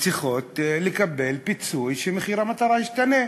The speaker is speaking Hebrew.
צריכות לקבל פיצוי שמחיר המטרה ישתנה.